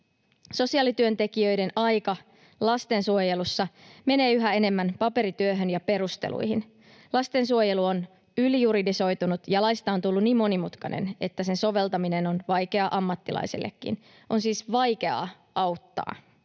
Sosiaalityöntekijöiden aika lastensuojelussa menee yhä enemmän paperityöhön ja perusteluihin. Lastensuojelu on ylijuridisoitunut, ja laista on tullut niin monimutkainen, että sen soveltaminen on vaikeaa ammattilaisellekin. On siis vaikeaa auttaa.